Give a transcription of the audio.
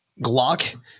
Glock